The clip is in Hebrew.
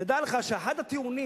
תדע לך שאחד הטיעונים